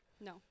No